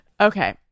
Okay